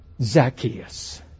Zacchaeus